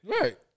Right